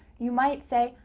you might say,